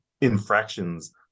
infractions